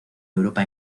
europa